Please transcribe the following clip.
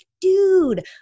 dude